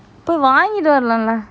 பொய் வாங்கிட்டு வரலாம்ல:poi vangitu varalamla